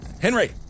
Henry